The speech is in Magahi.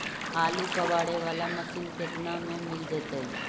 आलू कबाड़े बाला मशीन केतना में मिल जइतै?